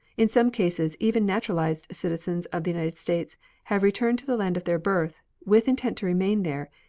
in some cases even naturalized citizens of the united states have returned to the land of their birth, with intent to remain there,